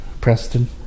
Preston